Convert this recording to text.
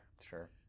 Sure